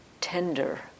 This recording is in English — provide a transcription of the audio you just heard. tender